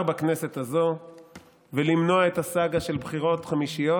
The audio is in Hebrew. בכנסת הזאת ולמנוע את הסאגה של בחירות חמישיות,